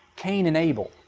cain and abel,